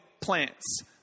plants